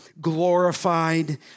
glorified